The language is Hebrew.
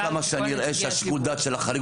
עד כמה שאני אראה ששיקול הדעת של החריג